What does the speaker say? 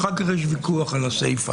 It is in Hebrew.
ואחר כך יש ויכוח על הסיפה.